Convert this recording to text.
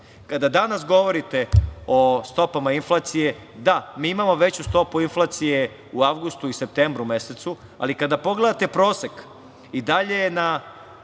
Kada danas govorite o stopama inflacije, da, mi imamo veću stopu inflacije u avgustu i septembru mesecu, ali kada pogledate prosek i dalje je na